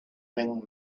ring